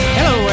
Hello